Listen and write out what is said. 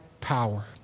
power